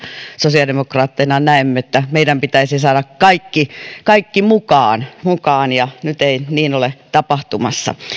sosiaalidemokraatteina näemme että meidän pitäisi saada kaikki kaikki mukaan mukaan ja nyt ei niin ole tapahtumassa